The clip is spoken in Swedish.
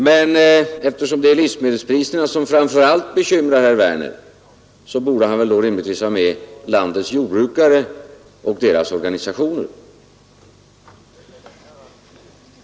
Men eftersom det är livsmedelspriserna som framför allt bekymrar herr Werner, borde han rimligtvis också ta med landets jordbrukare och deras organisationer.